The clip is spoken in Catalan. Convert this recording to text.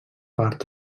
part